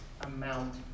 amount